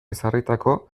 ezarritako